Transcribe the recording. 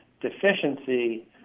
deficiency